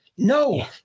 No